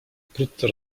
wkrótce